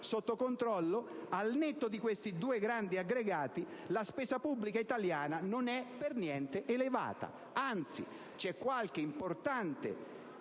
sotto controllo, al netto di questi due grandi aggregati la spesa pubblica italiana non è per niente elevata. Anzi, qualche importante